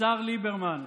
השר ליברמן.